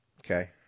Okay